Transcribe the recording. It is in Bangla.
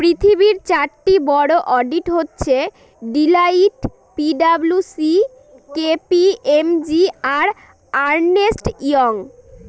পৃথিবীর চারটি বড়ো অডিট হচ্ছে Deloitte P W C K P M G আর আর্নেস্ট ইয়ং